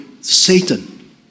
Satan